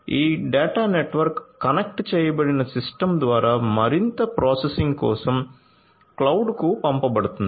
ఈ data network connect చేయబడిన system ద్వారా మరింత ప్రాసెసింగ్ కోసం క్లౌడ్కు పంపబడుతుంది